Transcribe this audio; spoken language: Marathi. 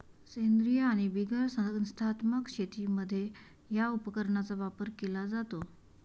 सेंद्रीय आणि बिगर संस्थात्मक शेतीमध्ये या उपकरणाचा वापर केला जातो